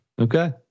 Okay